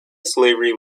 slavery